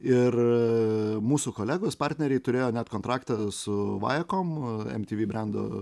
ir mūsų kolegos partneriai turėjo net kontraktą su vajekom em ty vy brendo